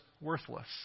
worthless